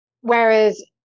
whereas